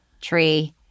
tree